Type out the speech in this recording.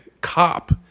cop